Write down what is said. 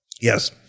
yes